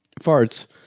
Farts